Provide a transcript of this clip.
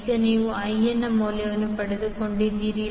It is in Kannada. ಈಗ ನೀವು I ನ ಮೌಲ್ಯವನ್ನು ಪಡೆದುಕೊಂಡಿದ್ದೀರಿ